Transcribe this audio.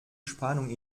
spannung